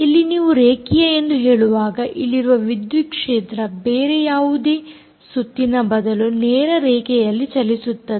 ಇಲ್ಲಿ ನೀವು ರೇಖೀಯ ಎಂದು ಹೇಳುವಾಗ ಇಲ್ಲಿರುವ ವಿದ್ಯುತ್ ಕ್ಷೇತ್ರ ಬೇರೆ ಯಾವುದೇ ಸುತ್ತಿನ ಬದಲು ನೇರ ರೇಖೆಯಲ್ಲಿ ಚಲಿಸುತ್ತದೆ